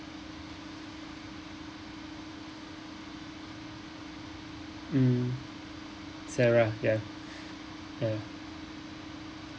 mm sarah ya ya